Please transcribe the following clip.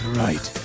right